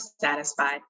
satisfied